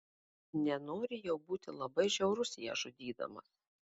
nenori jau būti labai žiaurus ją žudydamas